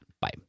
Bye